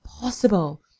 possible